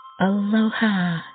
Aloha